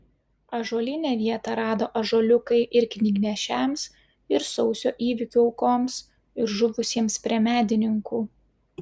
ąžuolyne vietą rado ąžuoliukai ir knygnešiams ir sausio įvykių aukoms ir žuvusiems prie medininkų